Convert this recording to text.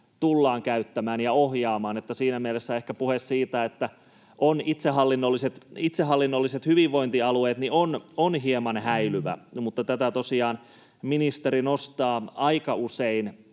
tullaan käyttämään ja ohjaamaan. Siinä mielessä ehkä puhe siitä, että on itsehallinnolliset hyvinvointialueet, on hieman häilyvä — mutta tätä tosiaan ministeri nimenomaisesti